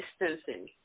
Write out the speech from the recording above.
distancing